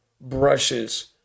brushes